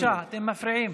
בבקשה, אתם מפריעים.